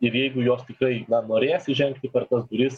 ir jeigu jos tikrai na norės įžengti per tas duris